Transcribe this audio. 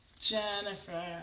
Jennifer